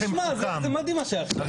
תשמע, זה מדהים מה שעשה.